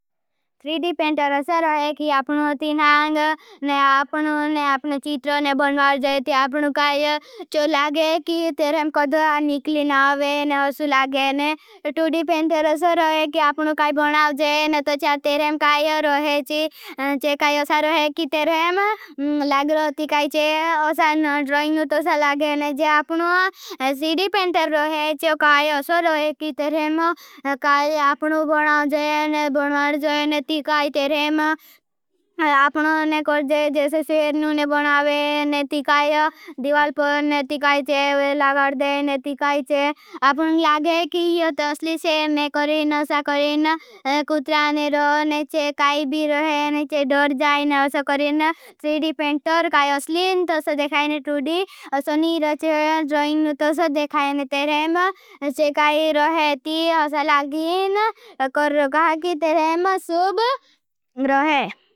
Three D painter अच्छा रहे। कि आपनों थी नहांग ने आपनों ने आपने चीत्रों ने बनवार जाये थे। आपनों काई चो लागे। कि तेरें कद निकली ना आवे ने हसु लागे ने टूडी पेंटर अच्छा रहे। कि आपनों काई बनाव जाये। ने तो चार तेरें काई रहे ची चे काई असा रहे। कि तेरें लाग रहती काई। चे असा ड्रोइंग ने तो चार लागे। ने जे आपनों टूडी पेंटर रहे चे काई असा रहे। कि तेरें काई आपनों बनाव जाये ने बनाव जाये। ने ती काई तेरें आपनों ने करजे। जैसे सेर ने बनावे ने ती काई दिवाल पर ने ती काई चे लागर दे ने। ती काई चे आपनों लागे। कि यो तो असली सेर ने करेन असा करेन कुट्राने रहे चे। काई बी रहे ने चे डोर जायेन। असा करेन थ्रीडी पेंटर काई असली ने तो असा देखायेन टूड़ी असा नीर चे ड्रोइंग ने तो असा देखायेन। तेरें चे काई रहे। ती असा लागेन कर कहा कि प्रेम सुब रहे।